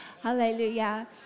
Hallelujah